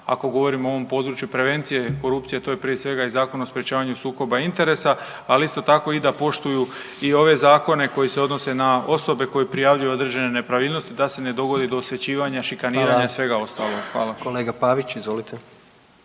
ako govorimo o ovom području prevencije korupcije, a to je prije svega i Zakon o sprječavanju sukoba interesa ali isto tako i da poštuju i ove zakone koji se odnose na osobe koje prijavljuju određene nepravilnosti da se ne dovodi do osvećivanja, šikaniranja i svega ostalog. Hvala. **Jandroković, Gordan